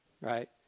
Right